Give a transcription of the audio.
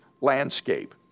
landscape